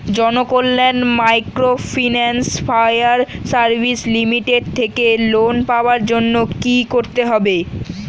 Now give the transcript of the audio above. Janakalyan microfinance fire service limited থেকে loan পাওয়ার জন্য কি করতে হবে?